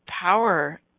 power